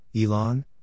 Elon